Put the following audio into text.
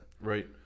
Right